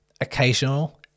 occasional